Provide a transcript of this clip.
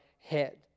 head